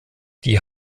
die